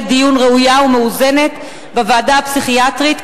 דיון ראויה ומאוזנת בוועדה הפסיכיאטרית,